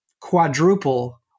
quadruple